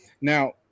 Now